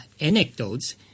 anecdotes